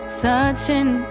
searching